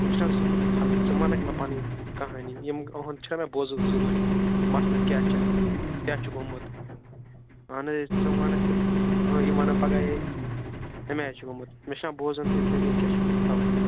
یِم چھِنا ضروٗری کھالٕنۍ ژٕ وَنکھ مےٚ پنٕنۍ کہانی یِم أہُنٛد چھُنا بوزُن ضروٗری مسلہٕ کیٛاہ چھُ کیٛاہ چھُ گوٚمُت اَہن حظ ییٚلہِ ژٕ ونکھ یِم وَنن پگاہ ہے اَمہِ آیہِ چھُ گوٚمُت مےٚ چھُنا بوزُن دٔلیٖل کیٛاہ چھِ تَوے